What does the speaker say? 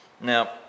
Now